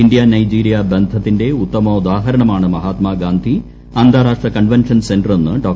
India നൈജീരിയി ബന്ധത്തിന്റെ ഉത്തമോദാഹരണമാണ് മഹാത്മാഗാന്ധി അന്താരാഷ്ട്ര convention centre എന്ന് ഡോ